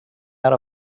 out